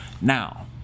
Now